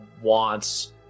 wants